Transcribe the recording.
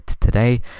today